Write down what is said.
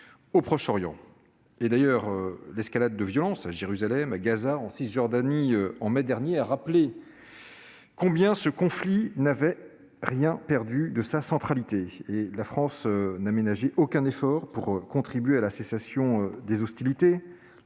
au Proche-Orient. D'ailleurs, l'escalade de violences à Jérusalem, à Gaza et en Cisjordanie en mai dernier a rappelé que ce conflit n'avait rien perdu de sa centralité. La France n'a ménagé aucun effort pour contribuer à la cessation des hostilités.